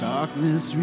Darkness